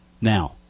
Now